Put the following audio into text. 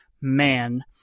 man